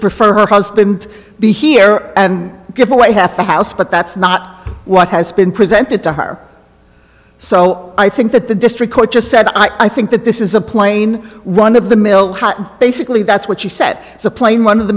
prefer her husband be here and give away half the house but that's not what has been presented to her so i think that the district court just said i think that this is a plain run of the mill basically that's what she said the plane one of the